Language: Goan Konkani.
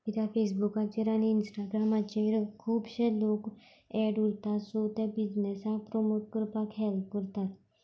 कित्याक फेसबुकाचेर आनी इन्स्टग्रामाचेर खुबशे लोग एड उरता सो ते बिझनसाक प्रोमोट करपाक हॅल्प करता